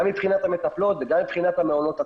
גם מבחינת המטפלות וגם מבחינת המעונות עצמם.